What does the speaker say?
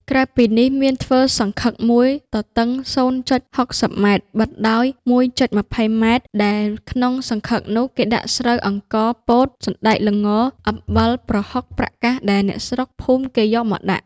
ក្រៅពីនេះមានធ្វើសង្ឃឹកមួយ ទទឹង ០.៦០ម បណ្តោយ ១.២០ម ដែលក្នុងសង្ឃឹកនោះ គេដាក់ស្រូវ អង្ករ ពោត សណ្តែក ល្ង អំបិល ប្រហុក ប្រាក់កាស ដែលអ្នកស្រុកភូមិគេយកមកដាក់ ។